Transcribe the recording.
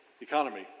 economy